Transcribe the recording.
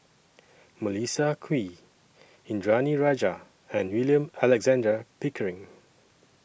Melissa Kwee Indranee Rajah and William Alexander Pickering